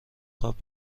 خواب